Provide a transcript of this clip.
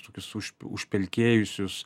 tokius už užpelkėjusius